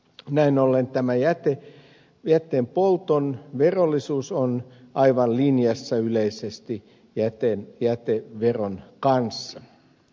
näin ollen jätteenpolton verollisuus on aivan linjassa yleisesti jäteveron kanssa